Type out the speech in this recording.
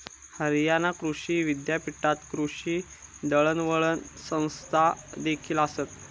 हरियाणा कृषी विद्यापीठात कृषी दळणवळण संस्थादेखील आसत